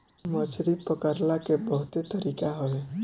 मछरी पकड़ला के बहुते तरीका हवे